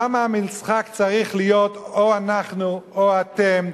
למה המשחק צריך להיות או אנחנו או אתם,